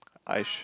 I sh~